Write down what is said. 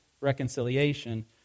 reconciliation